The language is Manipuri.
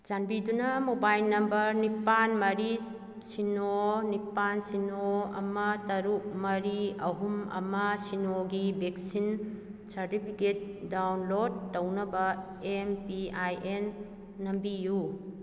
ꯆꯥꯟꯕꯤꯗꯨꯅ ꯃꯣꯕꯥꯏꯟ ꯅꯝꯕꯔ ꯅꯤꯄꯥꯜ ꯃꯔꯤ ꯁꯤꯅꯣ ꯅꯤꯄꯥꯜ ꯁꯤꯅꯣ ꯑꯃ ꯇꯔꯨꯛ ꯃꯔꯤ ꯑꯍꯨꯝ ꯑꯃ ꯁꯤꯅꯣꯒꯤ ꯚꯦꯛꯁꯤꯟ ꯁꯥꯔꯗꯤꯕꯤꯒꯦꯠ ꯗꯥꯎꯟꯂꯣꯠ ꯇꯧꯅꯕ ꯑꯦꯝ ꯄꯤ ꯑꯥꯏ ꯑꯦꯟ ꯅꯝꯕꯤꯌꯨ